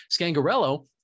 Scangarello